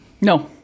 No